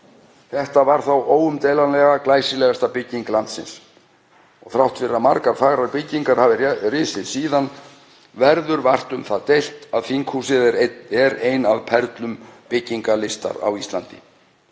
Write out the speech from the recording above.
Þetta var þá óumdeilanlega glæsilegasta bygging landsins og þrátt fyrir að margar fagrar byggingar hafi risið síðan verður vart um það deilt að þinghúsið er ein af perlum byggingarlistar á Íslandi.